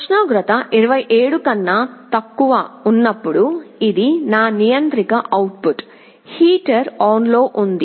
ఉష్ణోగ్రత 27 కన్నా తక్కువ ఉన్నప్పుడు ఇది నా నియంత్రిక అవుట్పుట్ హీటర్ ఆన్లో ఉంది